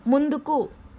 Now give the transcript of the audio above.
ముందుకు